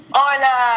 Hola